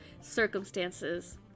circumstances